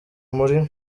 muri